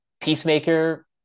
Peacemaker